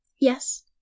Yes